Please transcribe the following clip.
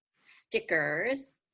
stickers